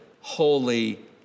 holy